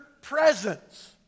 Presence